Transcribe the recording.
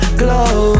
glow